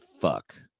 fuck